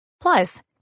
Plus